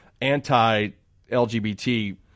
anti-LGBT